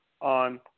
on